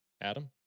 Adam